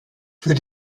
für